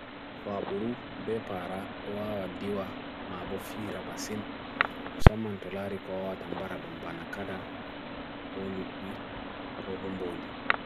Faburu bepara lua wa diwa ma'abofi rabasin musaman tolari ko'a tam baradom banakada ko li di ko bombodi.